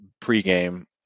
Pre-game